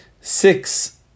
six